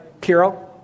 Carol